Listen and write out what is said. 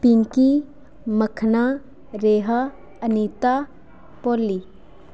Pinky Makhna Rekha Anita Bholli